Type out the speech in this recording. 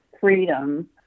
freedom